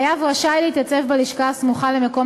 חייב רשאי להתייצב בלשכה הסמוכה למקום